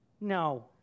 No